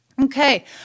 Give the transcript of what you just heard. Okay